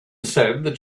said